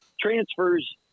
transfers –